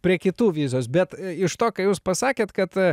prie kitų vizijos bet iš to ką jūs pasakėt kad